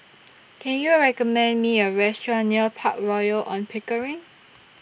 Can YOU recommend Me A Restaurant near Park Royal on Pickering